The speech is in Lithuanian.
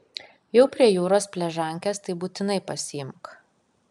jau prie jūros pležankes tai būtinai pasiimk